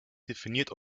definiert